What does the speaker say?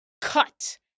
cut